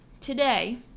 today